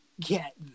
Get